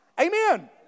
Amen